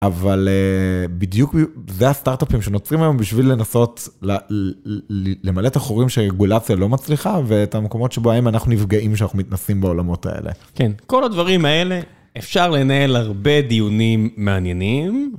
אבל בדיוק זה הסטארט-אפים שנוצרים היום בשביל לנסות למלא את החורים שהרגולציה לא מצליחה, ואת המקומות שבהם אנחנו נפגעים כשאנחנו מתנסים בעולמות האלה. כן, כל הדברים האלה, אפשר לנהל הרבה דיונים מעניינים.